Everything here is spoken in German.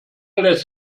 lässt